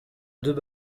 deux